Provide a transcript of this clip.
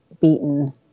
beaten